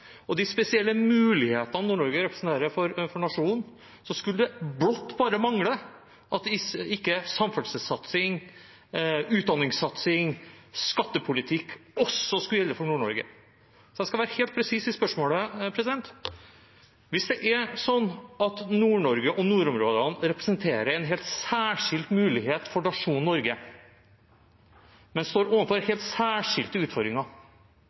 og de spesielle mulighetene Nord-Norge representerer for nasjonen, skulle det bare mangle at ikke samferdselssatsing, utdanningssatsing, skattepolitikk også skulle gjelde for Nord-Norge. Jeg skal være helt presis i spørsmålet: Hvis det er sånn at Nord-Norge og nordområdene representerer en helt særskilt mulighet for nasjonen Norge, men står overfor helt særskilte utfordringer,